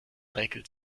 räkelt